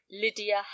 Lydia